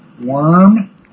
Worm